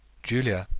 julia,